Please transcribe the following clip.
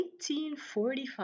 1845